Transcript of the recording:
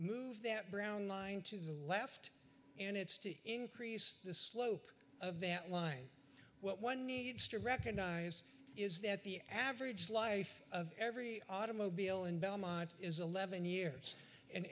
move that brown line to the left and it's to increase the slope of that line what one needs to recognize is that the average life of every automobile in belmont is eleven years and